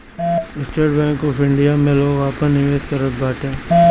estate Bank of India में लोग आपन निवेश करत बाटे